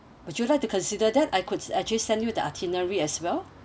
would you like to consider that I could actually send you the itinerary as well